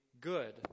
good